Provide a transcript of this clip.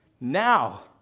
now